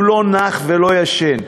הוא לא נח ולא ישן.